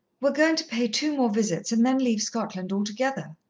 we're going to pay two more visits and then leave scotland altogether.